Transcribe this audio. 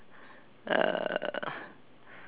uh